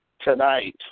tonight